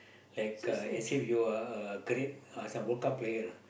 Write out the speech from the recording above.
like uh as if you are a great uh some World-Cup player you know